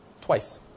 twice